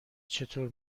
چطور